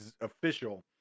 official